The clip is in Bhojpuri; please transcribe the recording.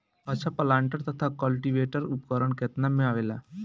अच्छा प्लांटर तथा क्लटीवेटर उपकरण केतना में आवेला?